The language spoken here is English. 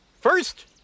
First